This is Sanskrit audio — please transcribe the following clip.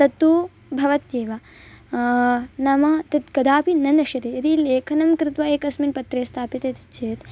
तत्तु भवत्येव नाम तत् कदापि न नश्यते यदि लेखनं कृत्वा एकस्मिन् पत्रे स्थाप्यते इति चेत्